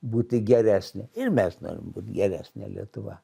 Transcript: būti geresnė ir mes norim būt geresnė lietuva